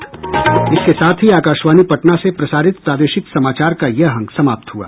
इसके साथ ही आकाशवाणी पटना से प्रसारित प्रादेशिक समाचार का ये अंक समाप्त हुआ